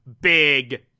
big